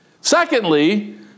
Secondly